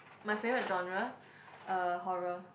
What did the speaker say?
my favourite genre uh horror